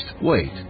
Wait